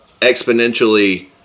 exponentially